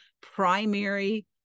primary